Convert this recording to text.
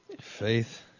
Faith